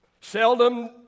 seldom